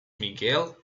miguel